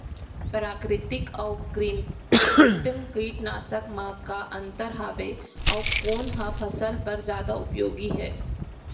प्राकृतिक अऊ कृत्रिम कीटनाशक मा का अन्तर हावे अऊ कोन ह फसल बर जादा उपयोगी हे?